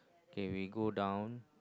okay we go down